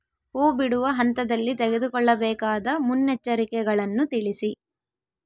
ಹೂ ಬಿಡುವ ಹಂತದಲ್ಲಿ ತೆಗೆದುಕೊಳ್ಳಬೇಕಾದ ಮುನ್ನೆಚ್ಚರಿಕೆಗಳನ್ನು ತಿಳಿಸಿ?